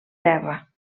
terra